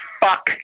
fuck